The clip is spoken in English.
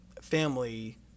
family